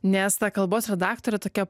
nes ta kalbos redaktorė tokia